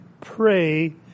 pray